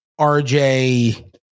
rj